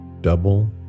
Double